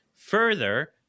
Further